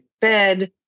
bed